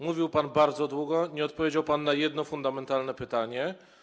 Mówił pan bardzo długo, ale nie odpowiedział pan na fundamentalne pytanie.